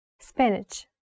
Spinach